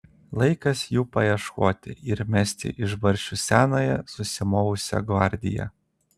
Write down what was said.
laikas jų paieškoti ir mesti iš barščių senąją susimovusią gvardiją